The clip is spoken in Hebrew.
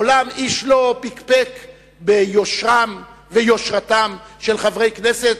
מעולם איש לא פקפק ביושרם וביושרתם של חברי הכנסת,